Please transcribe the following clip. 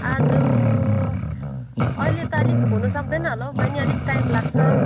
आज अहिले त अलिक हुनुसक्दैन होला हो बैनी अलिक टाइम लाग्छ